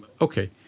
Okay